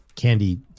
candy